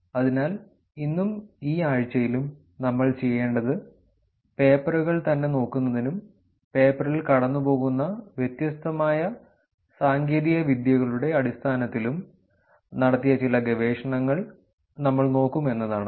അതിനാൽ ഇന്നും ഈ ആഴ്ചയിലും നമ്മൾ ചെയ്യേണ്ടത് പേപ്പറുകൾ തന്നെ നോക്കുന്നതിനും പേപ്പറിൽ കടന്നുപോകുന്ന വ്യത്യസ്തമായ സാങ്കേതിക വിദ്യകളുടെ അടിസ്ഥാനത്തിലും നടത്തിയ ചില ഗവേഷണങ്ങൾ നമ്മൾ നോക്കും എന്നതാണ്